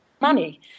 money